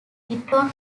eton